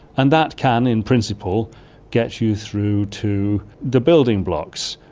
and that can in principle get you through to the building blocks.